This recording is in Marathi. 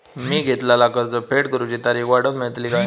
मी घेतलाला कर्ज फेड करूची तारिक वाढवन मेलतली काय?